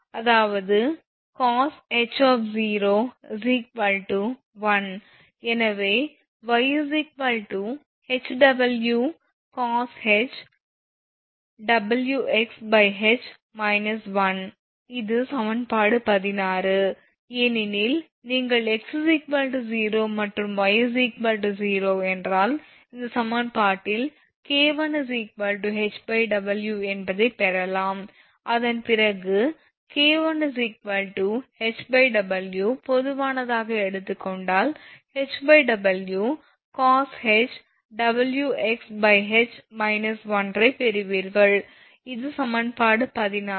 அதாவது cosh 1 எனவே y HWcosh WxH 1 இது சமன்பாடு 16 ஏனெனில் நீங்கள் x 0 மற்றும் y 0 என்றால் இந்த சமன்பாட்டில் K1 HW என்பதை பெறலாம் அதன் பிறகு K1 HW பொதுவானதாக எடுத்துக்கொண்டால் HW cosh WxH 1 ஐப் பெறுவீர்கள் இது சமன்பாடு 16 ஆகும்